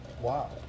Wow